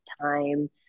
time